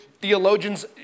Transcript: theologians